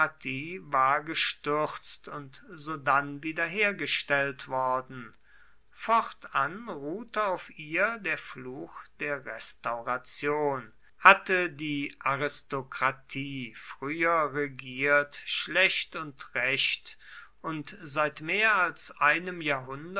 war gestürzt und sodann wiederhergestellt worden fortan ruhte auf ihr der fluch der restauration hatte die aristokratie früher regiert schlecht und recht und seit mehr als einem jahrhundert